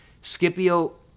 Scipio